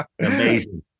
amazing